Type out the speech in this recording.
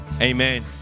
Amen